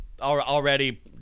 already